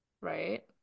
right